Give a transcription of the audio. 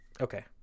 Okay